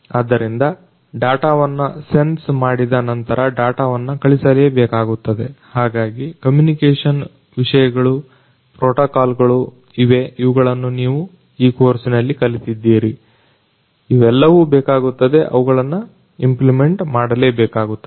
ಆದ್ದರಿಂದ ಡಾಟವನ್ನ ಸೆನ್ಸ ಮಾಡಿದ ನಂತರ ಡಾಟವನ್ನ ಕಳಿಸಲೇಬೇಕಾಗುತ್ತದೆ ಹಾಗಾಗಿ ಕಮ್ಯನಿಕೇಷನ್ ವಿಷಯಗಳು ಪ್ರೊಟೊಕಾಲ್ಗಳು ಇವೆ ಇವುಗಳನ್ನ ನೀವು ಈ ಕೋರ್ಸಿನಲ್ಲಿ ಕಲಿತಿದ್ದೀರಿ ಅವೆಲ್ಲವೂ ಬೇಕಾಗುತ್ತವೆ ಅವುಗಳನ್ನ ಇಂಪ್ಲಿಮೆಂಟ್ ಮಾಡಲೇಬೇಕಾಗುತ್ತದೆ